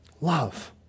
love